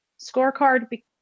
scorecard